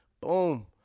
Boom